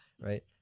right